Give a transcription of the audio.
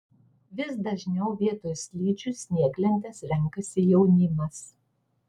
vis dažniau vietoj slidžių snieglentes renkasi jaunimas